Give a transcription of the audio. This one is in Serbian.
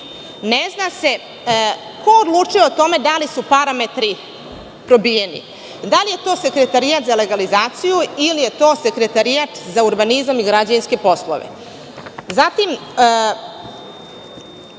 ne zna se ko odlučuje o tome da li su parametri probijeni. Da li je to Sekretarijat za legalizaciju, ili je to Sekretarijat za urbanizam i građevinske poslove? Zatim,